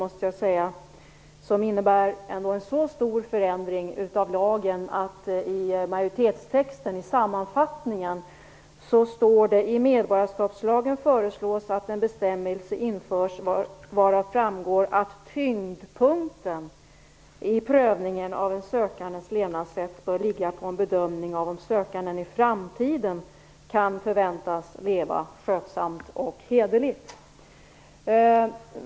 Den innebär en så stor förändring av lagen att i majoritetstextens sammanfattning står:"I medborgarskapslagen föreslås att en bestämmelse införs varav framgår att tyngdpunkten i prövningen av en sökandes levnadssätt bör ligga på en bedömning av om sökanden i framtiden kan förväntas leva skötsamt och hederligt."